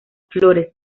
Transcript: flores